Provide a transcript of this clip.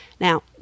Now